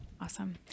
Awesome